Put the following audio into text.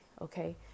Okay